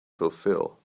fulfill